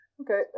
Okay